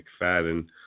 McFadden